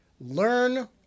Learn